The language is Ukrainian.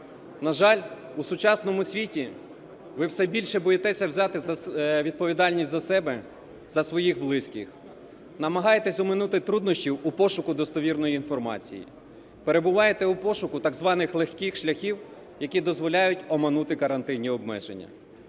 На жаль, у сучасному світі ви все більше боїтеся взяти відповідальність за себе, за своїх близьких. Намагайтесь оминути труднощів у пошуку достовірної інформації. Перебувайте в пошуку так званих легких шляхів, які дозволяють оминути карантинні обмеження.